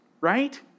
right